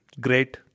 great